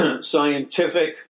scientific